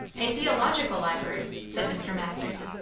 a theological library! said mr. masters.